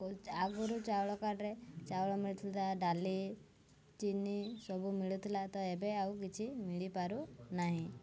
କେଉଁ ଆଗରୁ ଚାଉଳ କାର୍ଡ଼ରେ ଚାଉଳ ମିଳୁଥିଲା ଡାଲି ଚିନି ସବୁ ମିଳୁଥିଲା ତ ଏବେ ଆଉ କିଛି ମିଳିପାରୁ ନାହିଁ